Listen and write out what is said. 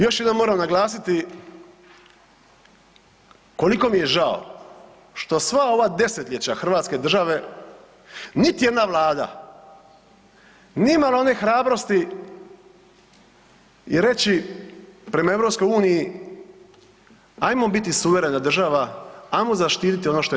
Još jednom moram naglasiti koliko mi je žao što sva ova desetljeća hrvatske države niti jedna vlada nije imala one hrabrosti i reći prema EU ajmo biti suverena država, ajmo zaštiti ono naše.